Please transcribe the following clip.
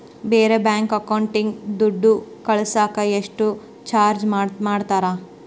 ಬೇರೆ ಬ್ಯಾಂಕ್ ಅಕೌಂಟಿಗೆ ದುಡ್ಡು ಕಳಸಾಕ ಎಷ್ಟು ಚಾರ್ಜ್ ಮಾಡತಾರ?